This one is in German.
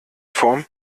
form